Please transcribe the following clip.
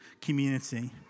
community